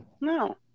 No